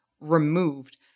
removed